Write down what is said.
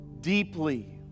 deeply